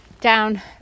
down